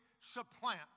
supplant